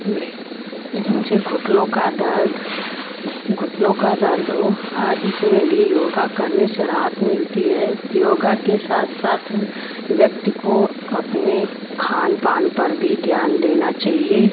में नीचे घुटनों का दर्द घुटनों का दर्द हो आ इसमे भी योग करने से राहत मिलती है योग के साथ साथ व्यक्ति को अपने खान पान पर भी ध्यान देना चाहिए